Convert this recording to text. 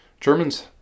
Germans